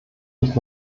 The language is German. nicht